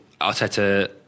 Arteta